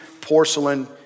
porcelain